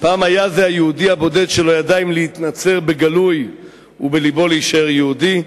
פעם היה זה היהודי הבודד שלא ידע אם להתנצר בגלוי ובלבו להישאר יהודי,